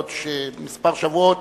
בעוד כמה שבועות,